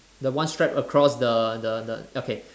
the one strap across the the the okay